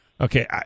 Okay